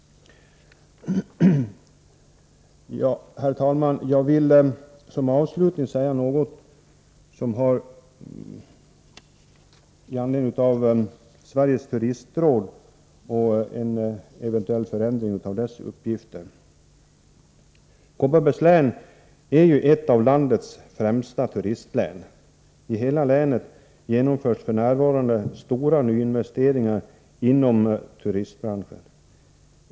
Herr talman! Avslutningsvis vill jag säga något beträffande Sveriges Turistråd och en eventuell förändring av dess uppgifter. Kopparbergs län är ett av landets främsta turistlän. I hela länet genomförs f.n. stora nyinvesteringar inom turistbranschen.